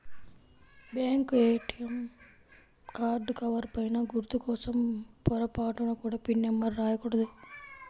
bank ATM card cover పైన గుర్తు కోసం పొరపాటున కూడా పిన్ నెంబర్ రాయకూడదు